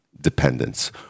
dependence